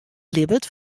libbet